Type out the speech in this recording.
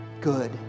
good